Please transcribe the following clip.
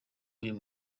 uyu